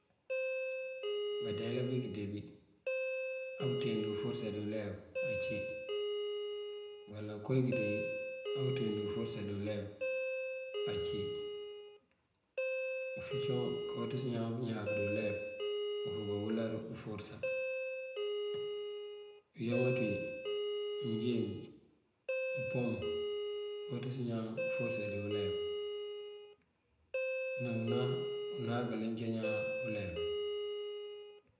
Bandeela bí kídee wí amuţeendu uforësa dí ulef ací uwala koowí kídee wí amuţeendu uforësa dí ulef ací. Ufúncoŋ kawáaţës ñaan pëñáak dí ulef uduwëral uforësa. Uyámat wí, mënjeenj, mëmpoom kawáaţës ñaan uforësa dí ulef unáa kalënţan ñaan ulef.